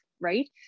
right